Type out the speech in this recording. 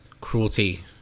cruelty